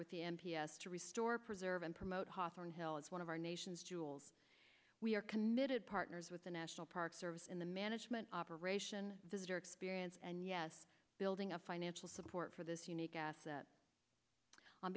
m p s to restore preserve and promote hawthorn hill is one of our nation's jewels we are committed partners with the national park service in the management operation visitor experience and yes building a financial support for this unique asset on